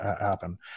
happen